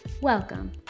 Welcome